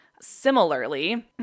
Similarly